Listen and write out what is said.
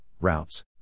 routes